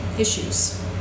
issues